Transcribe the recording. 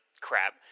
crap